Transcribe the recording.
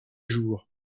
jour